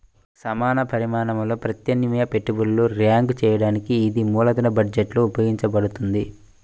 సమాన పరిమాణంలో ప్రత్యామ్నాయ పెట్టుబడులను ర్యాంక్ చేయడానికి ఇది మూలధన బడ్జెట్లో ఉపయోగించబడుతుంది